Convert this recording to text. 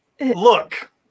Look